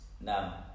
Now